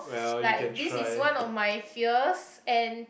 like this is one of my fears and